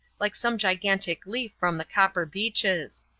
like some gigantic leaf from the copper beeches.